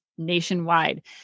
nationwide